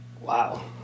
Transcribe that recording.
Wow